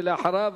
ואחריו,